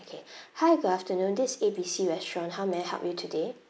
okay hi good afternoon this is A B C restaurant how may I help you today